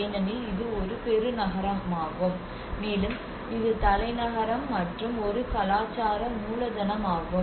ஏனெனில் இது ஒரு பெருநகரமாகும் மேலும் இது தலைநகரம் மற்றும் ஒரு கலாச்சார மூலதனம் ஆகும்